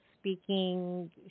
speaking